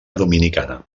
dominicana